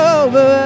over